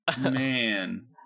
man